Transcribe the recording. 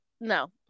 no